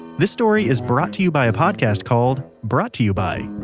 this story is brought to you by a podcast called, brought to you by.